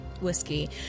Whiskey